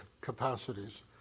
capacities